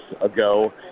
ago